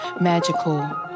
magical